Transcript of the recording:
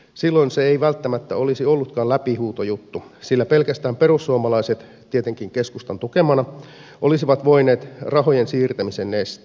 silloin se ei välttämättä olisi ollutkaan läpihuutojuttu sillä pelkästään perussuomalaiset tietenkin keskustan tukemina olisivat voineet rahojen siirtämisen estää